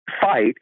fight